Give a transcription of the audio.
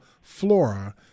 flora